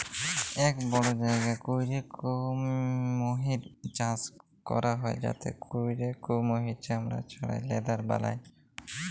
ইক বড় জায়গা ক্যইরে কুমহির চাষ ক্যরা হ্যয় যাতে ক্যইরে কুমহিরের চামড়া ছাড়াঁয় লেদার বালায়